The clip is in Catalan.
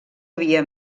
havia